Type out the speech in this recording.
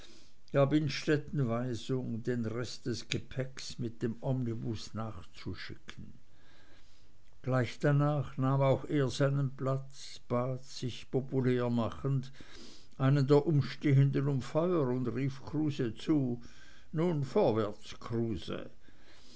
gab innstetten weisung den rest des gepäcks mit dem omnibus nachzuschicken gleich danach nahm auch er seinen platz bat sich populär machend einen der umstehenden um feuer und rief kruse zu nun vorwärts kruse